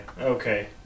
okay